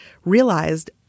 realized